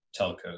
telcos